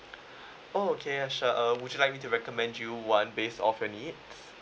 oh okay uh sure uh would you like to recommend you one based of your needs